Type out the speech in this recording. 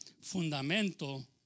fundamento